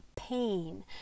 pain